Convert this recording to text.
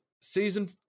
season